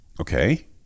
okay